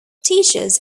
teachers